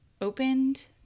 opened